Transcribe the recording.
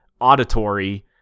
auditory